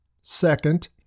Second